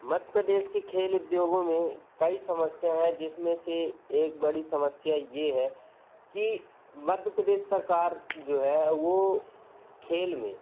मध्य प्रदेश के खेल उद्योगों में कई समस्या है जिस में से एक बड़ी समस्या ये है कि मध्य प्रदेश सरकार जो है वो खेल में